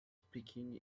speaking